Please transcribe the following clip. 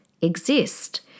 exist